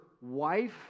wife